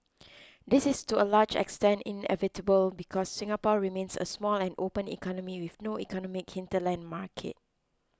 this is to a large extent inevitable because Singapore remains a small and open economy with no economic hinterland market